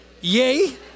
Yay